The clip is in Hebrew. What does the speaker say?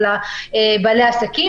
על בעלי העסקים,